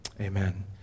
Amen